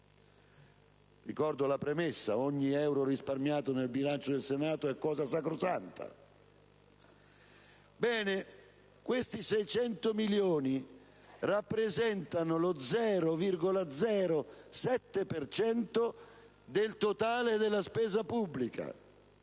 Ricordo la premessa: ogni euro risparmiato nel bilancio del Senato è cosa sacrosanta. Bene, questi 600 milioni rappresentano lo 0,07 per cento del totale della spesa pubblica,